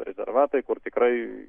rezervatai kur tikrai